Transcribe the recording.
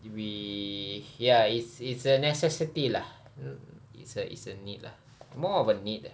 we ya it's it's a necessity lah it's a it's a need lah more of a need